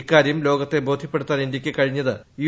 ഇക്കാര്യം ലോകത്തെ ബോധ്യപ്പെടുത്താൻ ഇന്ത്യക്ക് കഴിഞ്ഞത് യു